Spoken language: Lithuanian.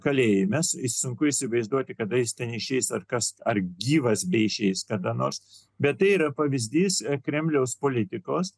kalėjime sunku įsivaizduoti kada jis ten išeis ar kas ar gyvas beišeis kada nors bet tai yra pavyzdys kremliaus politikos